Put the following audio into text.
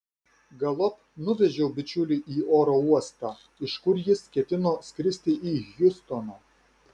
galop nuvežiau bičiulį į oro uostą iš kur jis ketino skristi į hjustoną